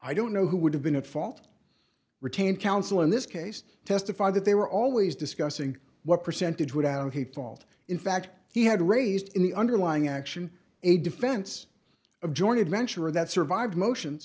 i don't know who would have been at fault retained counsel in this case testified that they were always discussing what percentage would out the fault in fact he had raised in the underlying action a defense of jointed venturer that survived motions